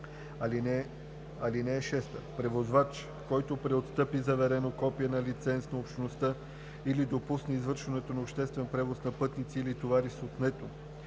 така: „(6) Превозвач, който преотстъпи заверено копие на лиценз на Общността или допусне извършването на обществен превоз на пътници или товари с отнето